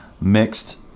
mixed